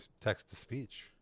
text-to-speech